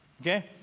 Okay